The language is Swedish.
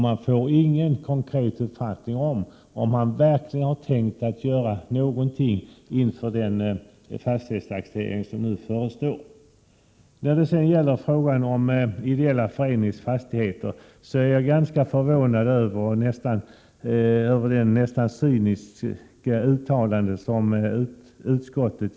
Man får ingen konkret uppfattning om huruvida han verkligen har tänkt göra någonting inför den fastighetstaxering som nu förestår. Beträffande ideella föreningars fastigheter är jag förvånad över det nästan cyniska uttalande som görs i betänkandet.